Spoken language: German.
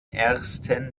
ersten